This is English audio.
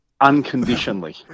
unconditionally